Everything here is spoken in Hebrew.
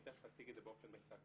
תכף אני אציג את זה באופן מסכם.